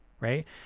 right